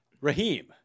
Raheem